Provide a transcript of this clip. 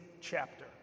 chapter